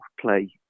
play